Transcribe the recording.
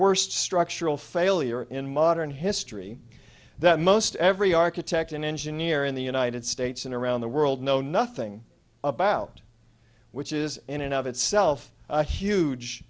worst structural failure in modern history that most every architect and engineer in the united states and around the world know nothing about which is in and of itself a huge